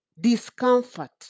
Discomfort